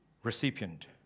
Recipient